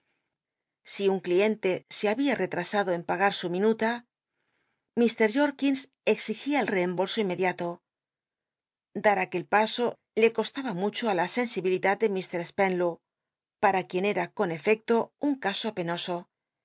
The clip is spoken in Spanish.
si un clien te se había t'cltasado en pagat su minula mr jotkins exigia el reembolso inmediato dar aquel paso le costaba mucho i la sensibilidad de mr spenlow para quien era con efecto un caso penoso